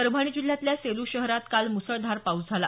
परभणी जिल्ह्यातल्या सेलू शहरात काल मुसळधार पाऊस झाला